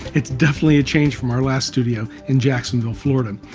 it's definitely a change from our last studio in jacksonville, fl.